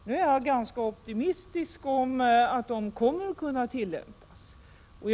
Nu är jag ganska optimistisk när det gäller tillämpningen av utredningarnas förslag.